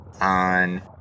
on